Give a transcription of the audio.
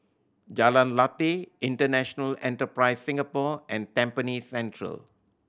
Jalan Lateh International Enterprise Singapore and Tampines Central